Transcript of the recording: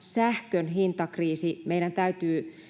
sähkön hintakriisi meidän täytyy